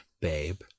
babe